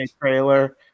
trailer